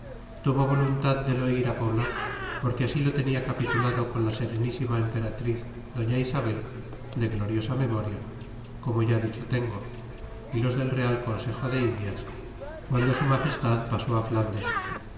tuvo voluntad de lo ir poblar porque así lo tenia capitulado con la serenísima emperatriz doña isabel de gloriosa memoria como ya dicho tengo y los del real consejo de indias guando su magestad pasó flandes